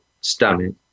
stomach